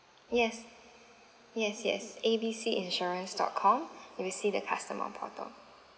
yes yes yes A B C insurance dot com you will see the customer portal